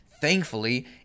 thankfully